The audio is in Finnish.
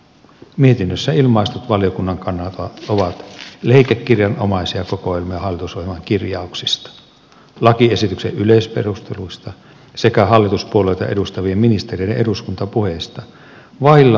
mietinnössä ilmaistut valiokunnan kannanotot ovat leikekirjanomaisia kokoelmia hallitusohjelman kirjauksista lakiesityksen yleisperusteluista sekä hallituspuolueita edustavien ministereiden eduskuntapuheista vailla analyyttistä pohdintaa ja arviointia